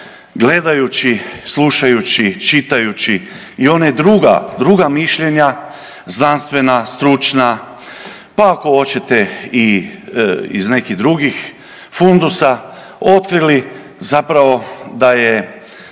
gledajući, slušajući, čitajući i one druga mišljenja znanstvena, stručna, pa ako oćete i iz nekih drugih fundusa otkrili zapravo da je